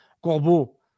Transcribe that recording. Corbeau